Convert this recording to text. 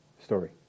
Story